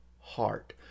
heart